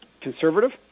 conservative